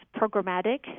programmatic